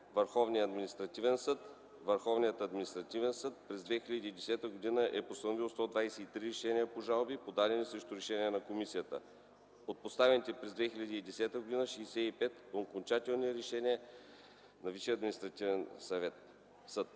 Върховният административен съд през 2010 г. е постановил 123 решения по жалби, подадени срещу решения на комисията. От постановените през 2010 г. 65 окончателни решения на ВАС: